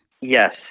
Yes